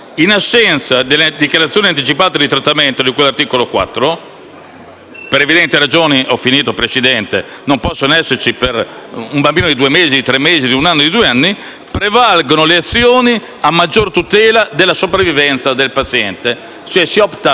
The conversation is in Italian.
per evidenti ragioni non possono esserci per un bambino di due-tre mesi o di un anno o due anni - prevalgono le azioni a maggior tutela della sopravvivenza del paziente. Si opta cioè per la vita, si opta per il medico, si dà la possibilità al medico,